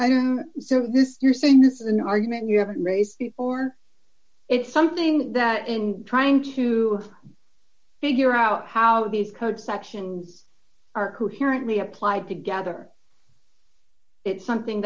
this you're saying this is an argument you haven't raised before it's something that in trying to figure out how these code sections are coherently applied together it's something